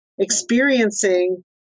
experiencing